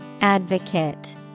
Advocate